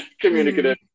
communicative